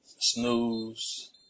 snooze